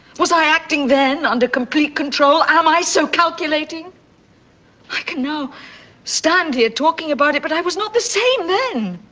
was i acting then under complete control? am i so calculating i can now stand here talking about it? but i was the same then.